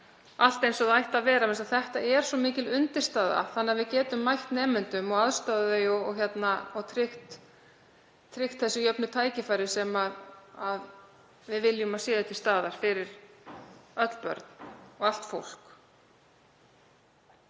væri eins og það ætti að vera vegna þess að þetta er svo mikil undirstaða þess að við getum mætt nemendum og aðstoðað þau og tryggt jöfn tækifæri sem við viljum að séu til staðar fyrir öll börn og allt fólk.